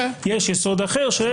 יש יסוד אחר -- יפה,